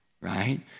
right